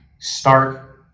Start